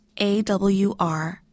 AWR